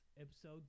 Episode